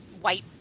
white